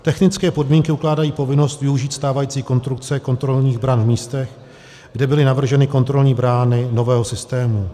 Technické podmínky ukládají povinnost využít stávající konstrukce kontrolních bran v místech, kde byly navrženy kontrolní brány nového systému.